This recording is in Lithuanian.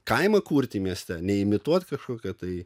kaimą kurti mieste ne imituoti kažkokią tai